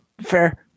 fair